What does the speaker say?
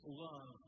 love